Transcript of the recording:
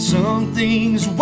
Something's